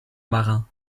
marin